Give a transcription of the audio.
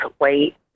wait